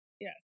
Yes